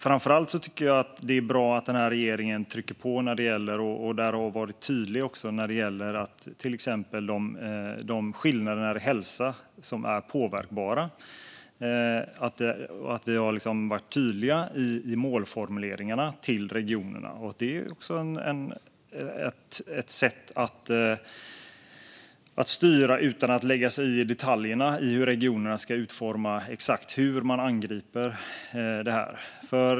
Framför allt tycker jag att det är bra att regeringen trycker på och har varit tydlig när det gäller till exempel de skillnader i hälsa som är påverkbara. Regeringen har varit tydlig i målformuleringarna till regionerna. Det är också ett sätt att styra utan att lägga sig i detaljerna i hur regionerna ska utforma exakt hur man angriper detta.